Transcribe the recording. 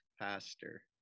pastor